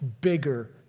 bigger